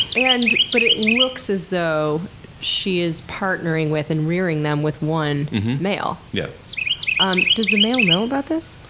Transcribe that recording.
and but it looks as though she is partnering with and rearing them with one male? yeah um does the male know about this?